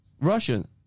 Russian